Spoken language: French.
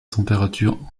température